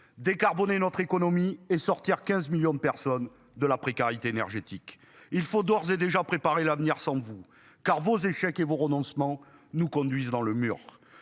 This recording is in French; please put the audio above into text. décarboner notre économie et sortir 15 millions de personnes de la précarité énergétique. Il faut d'ores et déjà préparer l'avenir sans vous car vos échecs et vos renoncements nous conduisent dans le mur.